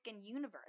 universe